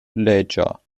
leger